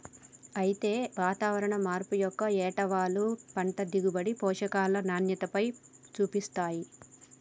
అయితే వాతావరణం మార్పు యొక్క ఏటవాలు పంట దిగుబడి, పోషకాల నాణ్యతపైన సూపిస్తాయి